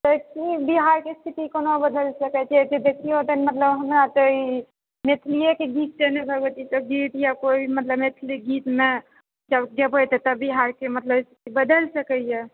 कि बिहारके स्थिति कोना बदलि सकैत छी देखियौ तऽ मतलब हमरा तऽ ई मैथिलीएके गीत भगवतीके गीत यए कोइ मतलब मैथिली गीतमे गेबै तऽ बिहारके मतलब स्थिति बदलि सकैए